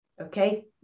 okay